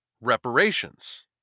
reparations